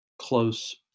close